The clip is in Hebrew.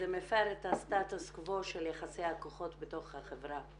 זה מפר את הסטטוס קוו של יחסי הכוחות בתוך החברה.